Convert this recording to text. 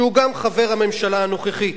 שהוא גם חבר בממשלה הנוכחית.